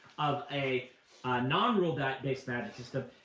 of a non-world-based magic system,